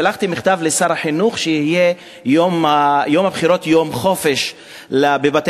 שלחתי מכתב לשר החינוך שיום הבחירות יהיה יום חופש בבתי-הספר,